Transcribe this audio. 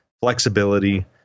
flexibility